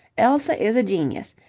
elsa is a genius,